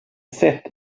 sett